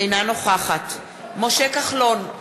אינה נוכחת משה כחלון,